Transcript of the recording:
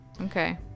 Okay